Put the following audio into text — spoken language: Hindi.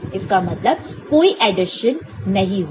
इसका मतलब कोई एडिशन नहीं होगा